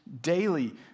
daily